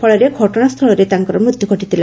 ଫଳରେ ଘଟଣାସ୍ଥଳରେ ତାଙ୍କର ମୃତ୍ଧୁ ଘଟିଥିଲା